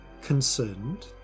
concerned